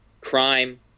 crime